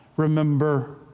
Remember